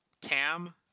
Tam